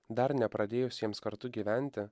dar nepradėjus jiems kartu gyventi